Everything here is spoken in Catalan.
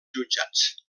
jutjats